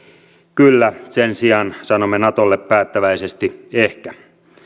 kyllä sen sijaan sanomme natolle päättäväisesti ehkä